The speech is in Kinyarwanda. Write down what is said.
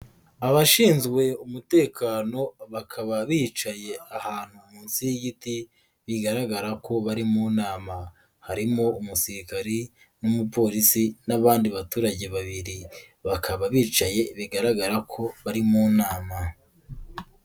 Abashinzwe umutekano bakaba bicaye ahantu munsi y'igiti, bigaragara ko bari mu nama, harimo umusirikari n'umupolisi n'abandi baturage babiri, bakaba bicaye bigaragara ko bari mu nama.